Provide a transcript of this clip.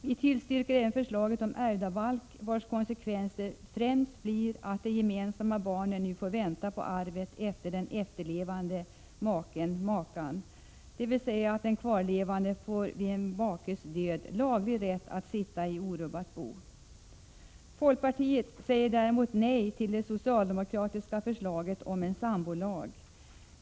Vi tillstyrker även förslaget om ärvdabalk, vars konsekvenser främst blir att de gemensamma barnen nu får vänta på arvet efter den efterlevande maken/makan, dvs. att den kvarlevande vid en makes död får laglig rätt att sitta i orubbat bo. Folkpartitet säger däremot nej till det socialdemokratiska förslaget om en sambolag.